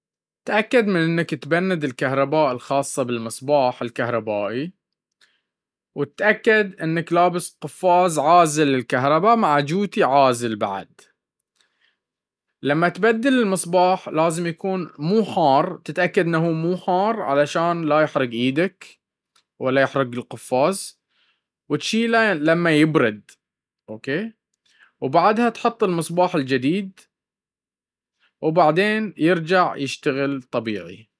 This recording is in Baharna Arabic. تتأكد من انك تبند الكهرباء الخاصة بالمصباح الكهربائي وتتأكد انك لابس قفازعازل للكهرباء معى جوتي عازل لمى تبدل المصباح لازم ايكون مو حار وتشيله لمى يبرد وبعدها تحط المصباح الجديد وعدها تشغله.